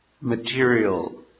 material